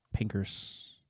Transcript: Pinkers